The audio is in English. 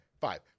five